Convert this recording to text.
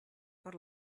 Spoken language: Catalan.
per